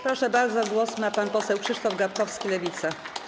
Proszę bardzo, głos ma pan poseł Krzysztof Gawkowski, Lewica.